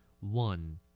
One